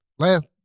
Last